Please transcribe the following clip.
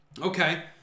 Okay